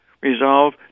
resolve